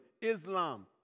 Islam